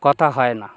কথা হয় না